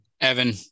Evan